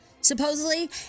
supposedly